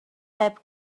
heb